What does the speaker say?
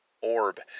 Orb